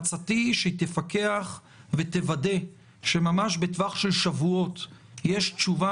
עצתי היא שהיא תפקח ותוודא שממש בטווח של שבועות יש תשובה